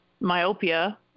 myopia